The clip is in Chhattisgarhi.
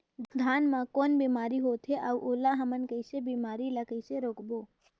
धान मा कौन बीमारी होथे अउ ओला हमन कइसे बीमारी ला कइसे रोकबो?